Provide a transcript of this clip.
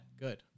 good